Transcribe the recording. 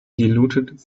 diluted